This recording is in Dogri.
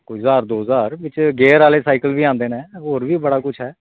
कोई ज्हार दौ ज्हार बिच गियर आह्ले साईकिल बी आंदे न होर बी बड़ा कुछ ऐ